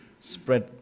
spread